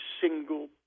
single